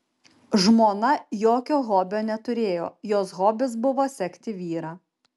žmona jokio hobio neturėjo jos hobis buvo sekti vyrą